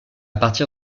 partir